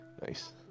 Nice